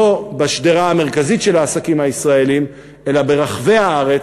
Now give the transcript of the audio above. לא בשדרה המרכזית של העסקים הישראליים אלא ברחבי הארץ,